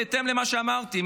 בהתאם למה שאמרתי,